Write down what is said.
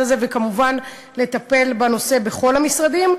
הזה וכמובן לטפל בנושא בכל המשרדים.